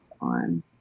on